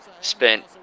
spent